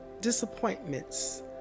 disappointments